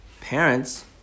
Parents